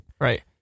right